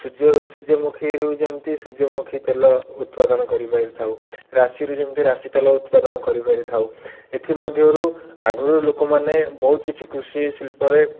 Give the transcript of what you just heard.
ସୂର୍ଯ୍ୟରୁ ସୂର୍ଯ୍ୟମୁଖୀରୁ ଯେମିତି ସୂର୍ଯ୍ୟମୁଖୀ ତେଲ ଉତ୍ପାଦନ କରିପାରି ଥାଉ ରାଶିରୁ ଯେମିତି ରାଶି ତେଲ ଉତ୍ପାଦନ କରିପାରି ଥାଉ ଏଥିମଧ୍ୟରୁ ଆଗରୁ ଲୋକମାନେ ବହୁତ କିଛି କୃଷି ଶିଳ୍ପରେ